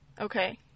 Okay